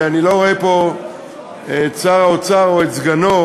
ואני לא רואה פה את שר האוצר או את סגנו,